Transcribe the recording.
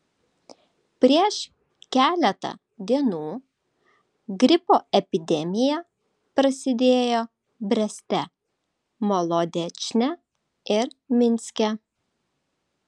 prieš keletą dienų gripo epidemija prasidėjo breste molodečne ir minske